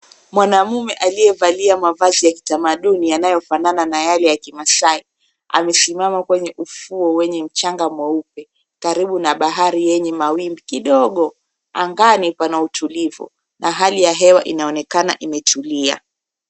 Mwanamume aliyevalia mavazi ya kitamaduni yanayofanana na yale ya kimasai amesimama kwenye ufuo wenye mchanga mweupe karibu na bahari yenye mawimbi kidogo angani pana utulivu na hali ya hewa inaoneka imetulia.